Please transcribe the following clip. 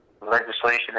legislation